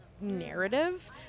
narrative